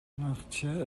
ngakchia